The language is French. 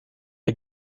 est